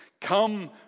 Come